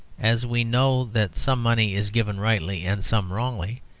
as we know that some money is given rightly and some wrongly,